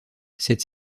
cette